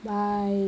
bye